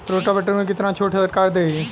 Rotavator में कितना छूट सरकार देही?